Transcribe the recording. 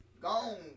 Gone